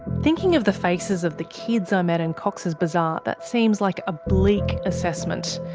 thinking of the faces of the kids i met in cox's bazaar, that seems like a bleak assessment.